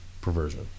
Perversion